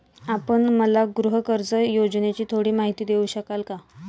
आपण मला गृहकर्ज योजनेची थोडी माहिती देऊ शकाल का?